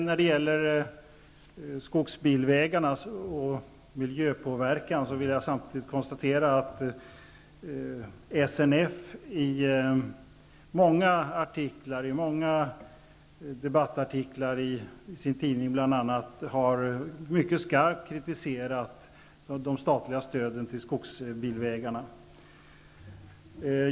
När det gäller skogsbilvägarna och miljöpåverkan vill jag samtidigt konstatera att SNF i många debattartiklar i sin tidning mycket skarpt kritiserat det statliga stödet till skogsbilvägarna.